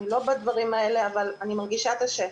אני לא בדברים האלה אני מרגישה את השטח.